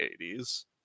80s